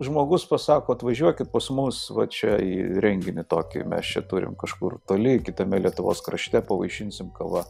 žmogus pasako atvažiuokit pas mus va čia į renginį tokį mes čia turim kažkur toli kitame lietuvos krašte pavaišinsim kava